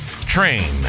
Train